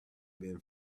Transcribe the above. been